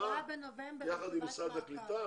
יחד עם משרד הקליטה,